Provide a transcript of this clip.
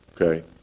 okay